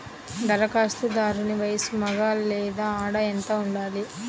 ధరఖాస్తుదారుని వయస్సు మగ లేదా ఆడ ఎంత ఉండాలి?